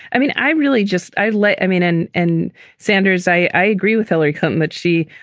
i mean, i really just i let i mean and. and sanders i i agree with hillary clinton that she,